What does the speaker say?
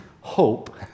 hope